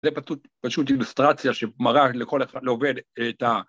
‫זה פשוט אילוסטרציה ‫שמראה לכל ה... לעובד את ה...